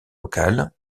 local